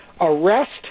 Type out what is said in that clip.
arrest